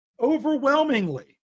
overwhelmingly